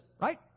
right